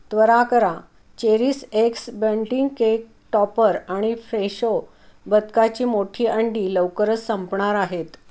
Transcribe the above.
त्वरा करा चेरिसएक्स बेंटिंग केक टॉपर आणि फ्रेशो बदकाची मोठी अंडी लवकरच संपणार आहेत